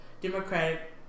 Democratic